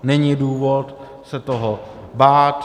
Není důvod se toho bát.